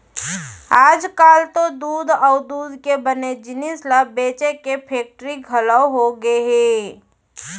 आजकाल तो दूद अउ दूद के बने जिनिस ल बेचे के फेक्टरी घलौ होगे हे